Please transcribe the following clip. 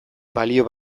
balio